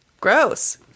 gross